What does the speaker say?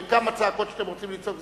וכמה צעקות שאתם רוצים לצעוק,